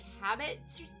habits